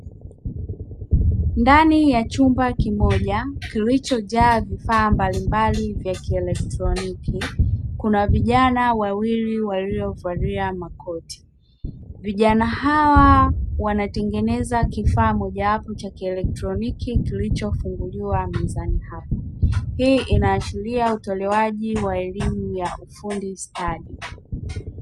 Ndani ya chumba kimoja, kilichojaa vifaa mbalimbali vya kieletroniki, kuna vijana wawili waliovalia makoti, vijana hawa wanatengeneza kifaa mojawapo cha kieletroniki kilichofunguliwa mezani hapo, hii inaashiria utolewaji wa elimu ya ufundi stadi.